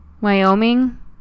Wyoming